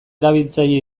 erabiltzaile